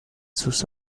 sus